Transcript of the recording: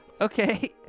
Okay